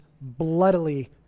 bloodily